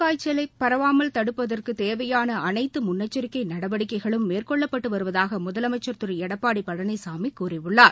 காய்ச்சலை பரவாமல் தடுப்பதற்கு தேவையான அனைத்து முன்னெச்சரிக்கை டெங்கு நடவடிக்கைகளும் மேற்கொள்ளப்பட்டு வருவதாக முதலமைச்ச் திரு எடப்பாடி பழனிசாமி கூறியுள்ளார்